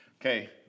Okay